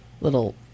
Little